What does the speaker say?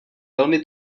velmi